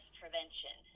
prevention